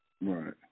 Right